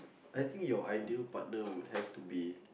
I think your idea partner would have to be